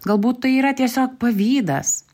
galbūt tai yra tiesiog pavydas